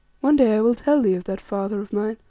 one day i will tell thee of that father of mine,